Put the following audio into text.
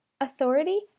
Authority